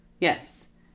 Yes